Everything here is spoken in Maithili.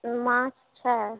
माछ छै